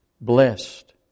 Blessed